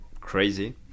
crazy